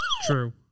True